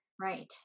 Right